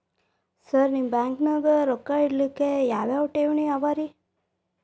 Sir ನಿಮ್ಮ ಬ್ಯಾಂಕನಾಗ ರೊಕ್ಕ ಇಡಲಿಕ್ಕೆ ಯಾವ್ ಯಾವ್ ಠೇವಣಿ ಅವ ರಿ?